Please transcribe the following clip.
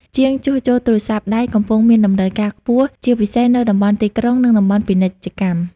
ជាងជួសជុលទូរស័ព្ទដៃកំពុងមានតម្រូវការខ្ពស់ជាពិសេសនៅតំបន់ទីក្រុង និងតំបន់ពាណិជ្ជកម្ម។